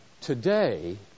Today